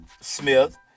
Smith